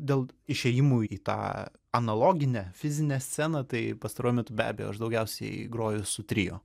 dėl išėjimų į tą analoginę fizinę sceną tai pastaruoju metu be abejo aš daugiausiai groju su trio